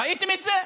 ראיתם את זה?